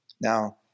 Now